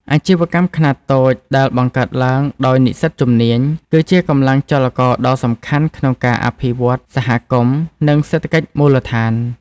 អាជីវកម្មខ្នាតតូចដែលបង្កើតឡើងដោយនិស្សិតជំនាញ គឺជាកម្លាំងចលករដ៏សំខាន់ក្នុងការអភិវឌ្ឍសហគមន៍ និងសេដ្ឋកិច្ចមូលដ្ឋាន។